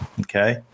okay